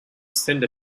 send